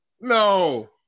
no